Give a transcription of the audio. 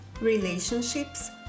relationships